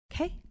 okay